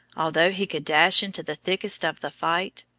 although he could dash into the thickest of the fight,